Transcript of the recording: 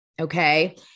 okay